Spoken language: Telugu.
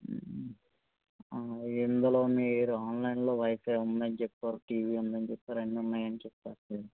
ఇందులో మీరు ఆన్లైన్ లో వైఫై ఉందని చెప్పారు టీవీ ఉందని చేప్పారు అన్ని ఉన్నాయి అని చెప్పారు సార్